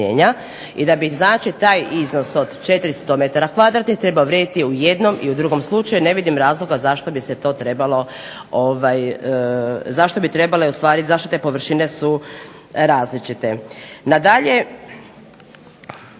i da bi znači taj iznos od 400 m kvadratnih trebao vrijediti i u jednom i u drugom slučaju. Ne vidim razloga zašto bi trebale ustvari, zašto te površine su različite.